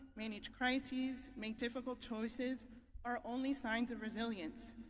manage crisis, make difficult choices are only signs of resilience.